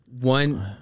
One